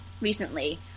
recently